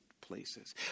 places